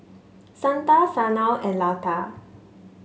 Santha Sanal and Lata